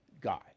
guy